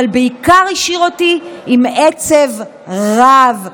אבל בעיקר השאיר אותי עם עצב רב.